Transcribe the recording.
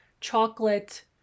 chocolate